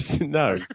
No